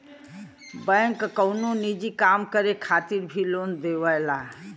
bank कउनो निजी काम करे खातिर भी लोन देवला